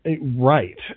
Right